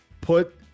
put